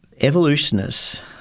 Evolutionists